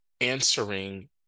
answering